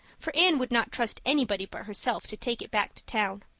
for anne would not trust anybody but herself to take it back to town.